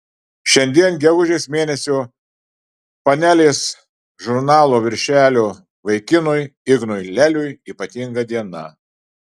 šiandien gegužės mėnesio panelės žurnalo viršelio vaikinui ignui leliui ypatinga diena